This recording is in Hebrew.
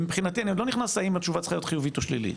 אני לא נכנס אם התשובה צריכה להיות חיובית או שלישית,